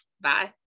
Bye